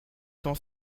temps